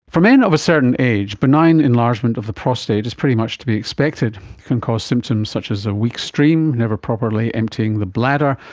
for men of a certain age, benign enlargement of the prostate is pretty much to be expected. it can cause symptoms such as a weak stream, never properly emptying the bladder,